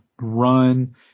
run –